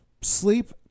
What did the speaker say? sleep